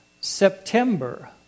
September